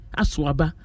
aswaba